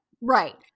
Right